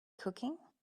cooking